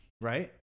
Right